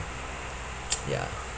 ya